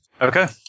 Okay